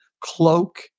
cloak